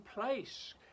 place